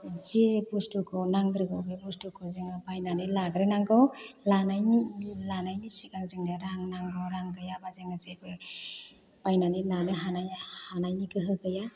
जे बुस्थु नांग्रोगौ बे बुस्थुखौ जोङो बायनानै लाग्रोनांगौ लानायनि लानायनि सिगां जोंनो रां नांगौ रां गैयाबा जोङो जेबो बायनानै लानो हानाय हानायनि गोहो गैया